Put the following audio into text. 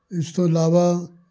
ਇਸ ਤੋਂ ਇਲਾਵਾ